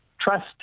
trust